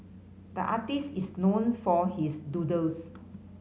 the artist is known for his doodles